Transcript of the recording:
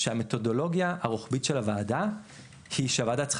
שהמתודולוגיה הרוחבית של הוועדה היא שהוועדה צריכה